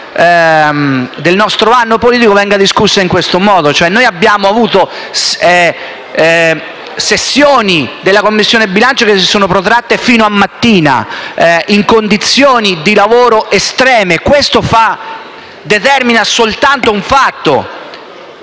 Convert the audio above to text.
del nostro anno politico, venga discussa in siffatto modo. Noi abbiamo avuto sessioni della Commissione bilancio che si sono protratte fino alla mattina, in condizioni di lavoro estreme, e ciò determina soltanto un fatto: